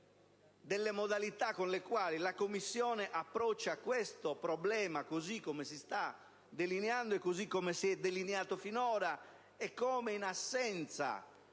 delle modalità con le quali la Commissione approccia questo problema così come si sta delineando e così come si è delineato finora, per cui, in assenza